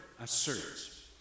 asserts